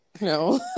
No